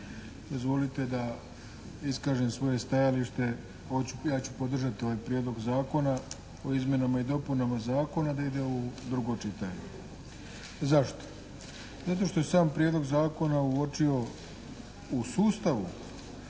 Dozvolite da iskažem svoje stajalište hoću, ja ću podržati ovaj prijedlog zakona o izmjenama i dopunama zakona da ide u drugo čitanje. Zašto? Zato što je sam prijedlog zakona uočio u sustavu